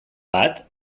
bat